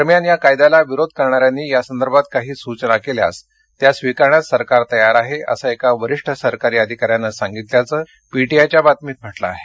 दरम्यान या कायद्याला विरोध करणाऱ्यांनी यासंदर्भात काही सुचना केल्यास त्या स्वीकारण्यास सरकार तयार आहे असं एका वरीष्ठ सरकारी अधिकाऱ्यानं सांगितल्याचं पीटीआयच्या बातमीत म्हटलं आहे